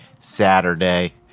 Saturday